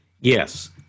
Yes